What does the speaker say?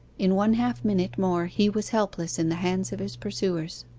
in one half-minute more he was helpless in the hands of his pursuers.